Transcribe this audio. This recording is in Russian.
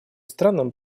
странам